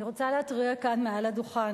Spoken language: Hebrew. אני רוצה להתריע כאן מהדוכן,